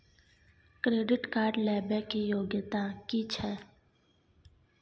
Credit card लेबै के योग्यता कि छै?